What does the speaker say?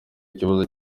ikibazo